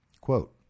Quote